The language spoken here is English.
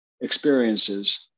experiences